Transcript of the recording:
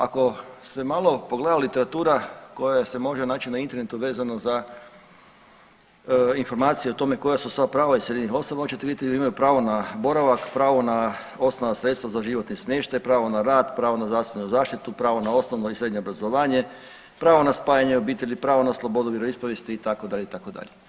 Ako se malo pogleda literatura koja se može naći na internetu vezano za informacije o tome koja su sva prava iseljenih osoba onda ćete vidjeti da imaju pravo na boravak, pravo na osnovna sredstva za životni smještaj, pravo na rad, pravo na zdravstvenu zaštitu, pravo na osnovno i srednje obrazovanje, pravo na spajanje obitelji, pravo na slobodu vjeroispovijesti itd., itd.